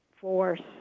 force